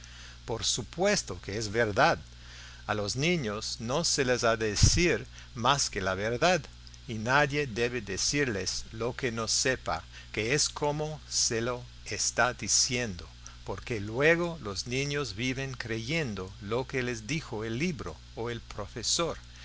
por supuesto que es verdad a los niños no se les ha de decir más que la verdad y nadie debe decirles lo que no sepa que es como se lo está diciendo porque luego los niños viven creyendo lo que les dijo el libro o el profesor